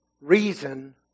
reason